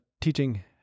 teaching